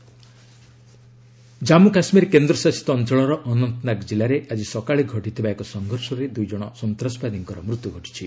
JK encounter Jammu Kashmir କେନ୍ଦ୍ରଶାସିତ ଅଞ୍ଚଳର ଅନନ୍ତନାଗ ଜିଲ୍ଲାରେ ଆଜି ସକାଳେ ଘଟିଥିବା ଏକ ସଂଘର୍ଷରେ ଦୁଇ ଜଣ ସନ୍ତାସବାଦୀଙ୍କର ମୃତ୍ୟୁ ଘଟିଛି